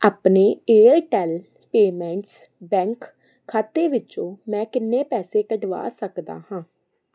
ਆਪਣੇ Airtel payments bank ਖਾਤੇ ਵਿੱਚੋਂ ਮੈਂ ਕਿੰਨੇ ਪੈਸੇ ਕੱਢਵਾ ਸਕਦਾ ਹਾਂ